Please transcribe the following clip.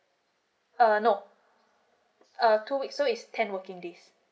uh no uh two weeks so is ten working days